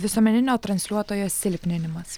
visuomeninio transliuotojo silpninimas